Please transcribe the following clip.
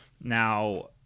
Now